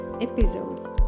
episode